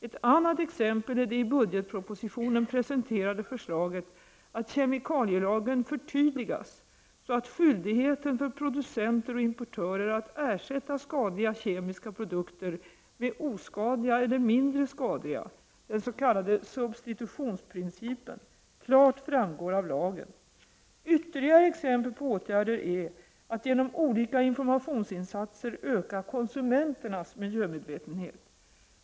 Ett annat exempel är det i budgetpropositionen presenterade förslaget att kemikalielagen förtydligas så att skyldigheten för producenter och importörer att ersätta skadliga kemiska produkter med oskadliga eller mindre skadliga, den s.k. substitutionsprincipen, klart framgår av lagen. Ytterligare exempel på åtgärder är att genom olika informationsinsatser öka konsumenternas miljömedvetenhet.